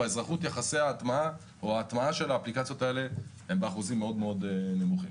באזרחות יחסי ההטמעה של האפליקציות האלה באחוזים מאוד נמוכים.